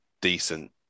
decent